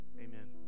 Amen